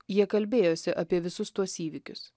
jie kalbėjosi apie visus tuos įvykius